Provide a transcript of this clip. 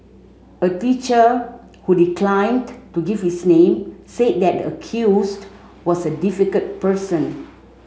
a teacher who declined to give his name said that the accused was a difficult person